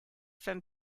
from